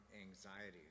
anxieties